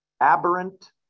aberrant